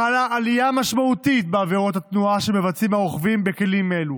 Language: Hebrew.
חלה עלייה משמעותית בעבירות התנועה שמבצעים הרוכבים בכלים אלו.